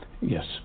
Yes